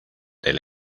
del